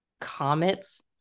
comets